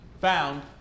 found